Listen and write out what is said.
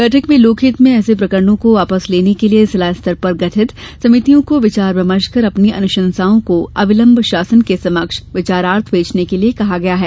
बैठक में लोकहित में ऐसे प्रकरणों को वापस लेने के लिये जिला स्तर पर गठित समितियों को विचार विमर्श कर अपनी अनुशंसाओं को अविलम्ब शासन के समक्ष विचारार्थ भेजने के लिये कहा गया है